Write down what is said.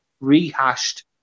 rehashed